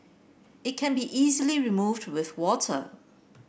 it can be easily removed with water